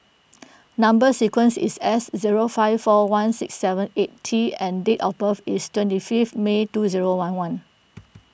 Number Sequence is S zero five four one six seven eight T and date of birth is twenty fifth May two zero one one